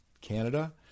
Canada